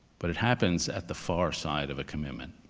but it happens at the far side of a commitment